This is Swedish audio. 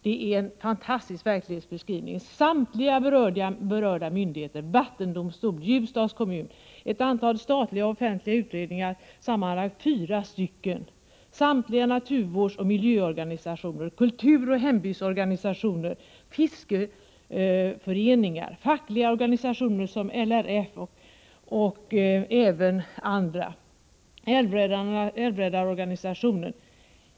Det är en fantastisk verklighetsbeskrivning. Samtliga berörda myndigheter är negativa, dvs. vattendomstolen och Ljusdals kommun, sammanlagt fyra offentliga utredningar, alla naturvårdsoch miljöorganisationer, kultur-, och hembygdsorganisationer, fiskeföreningar, fackliga organisationer som LRF m.fl. samt älvräddarorganisationen.